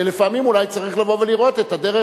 ולפעמים אולי צריך לבוא ולראות את הדרך